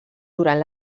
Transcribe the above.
durant